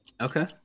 okay